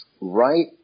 right